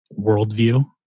worldview